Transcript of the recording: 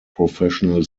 professional